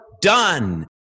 done